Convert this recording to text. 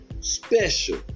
special